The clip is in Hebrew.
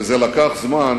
וזה לקח זמן